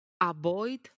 avoid